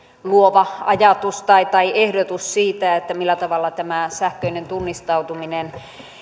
luova ajatus tai tai ehdotus siitä millä tavalla tämä sähköinen tunnistautuminen